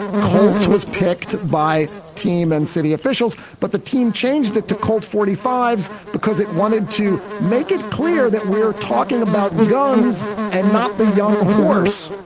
colts was picked by team and city officials, but the team changed it to colt forty five s because it wanted to make it clear that we're talking about guns and not the young horse.